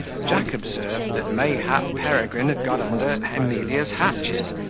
jack observed that mayhap peregrine had got under emilia's hatches,